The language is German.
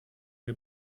mir